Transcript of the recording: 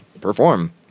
perform